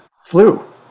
flu